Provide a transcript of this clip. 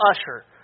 usher